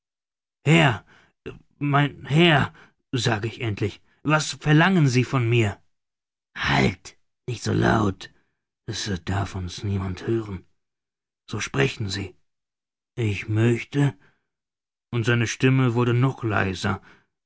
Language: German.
herr mein herr sage ich endlich was verlangen sie von mir halt nicht so laut es darf uns niemand hören so sprechen sie ich möchte und seine stimme wurde noch leiser